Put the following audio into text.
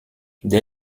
dès